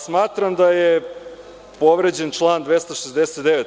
Smatram da je povređen član 269.